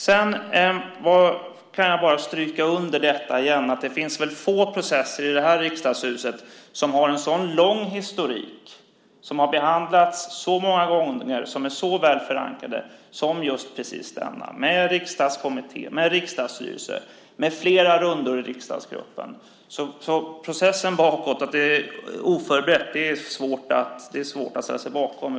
Sedan kan jag bara återigen stryka under att det väl är få processer i det här riksdagshuset som har en så lång historik, som har behandlats så många gånger och som är så väl förankrade som just denna process med riksdagskommitté, med riksdagsstyrelse och med flera rundor i riksdagsgruppen. Talet om att det när det gäller processen bakåt är oförberett är det svårt att ställa sig bakom.